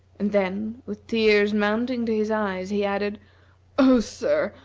and then, with tears mounting to his eyes, he added oh, sir,